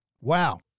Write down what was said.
Wow